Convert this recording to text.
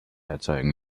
erzeugen